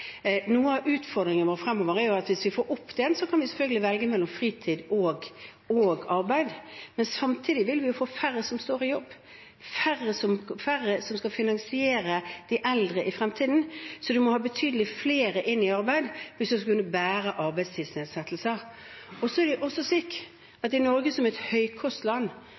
Noe av utfordringen vår fremover er at hvis vi får opp den, kan vi selvfølgelig velge mellom fritid og arbeid, men samtidig vil vi få færre som står i jobb, færre som skal finansiere de eldre i fremtiden. Man må ha betydelig flere i arbeid hvis man skal kunne bære arbeidstidsnedsettelser. I Norge, som er et høykostland, må man ha folk med høy kompetanse hvis man skal dele jobbene på alle områder. Litt av utfordringen vår med inkludering er